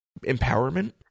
empowerment